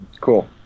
Cool